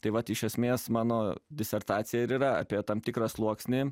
tai vat iš esmės mano disertacija yra apie tam tikrą sluoksnį